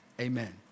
Amen